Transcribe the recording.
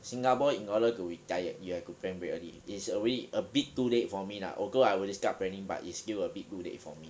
singapore in order to retire you have to plan very early it's alrea~ a bit too late for me lah although I already start planning but it's still a bit too late for me